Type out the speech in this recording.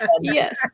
Yes